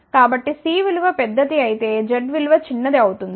కాబట్టి C విలువ పెద్దది అయితే Z విలువ చిన్నది అవుతుంది